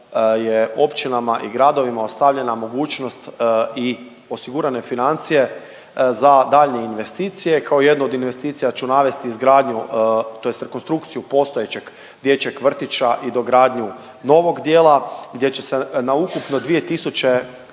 je općinama i gradovima ostavljena mogućnost i osigurane financije za daljnje investicije. Kao jednu od investicija ću navesti izgradnju tj. rekonstrukciju postojećeg dječjeg vrtića i dogradnju novog dijela gdje će se na ukupno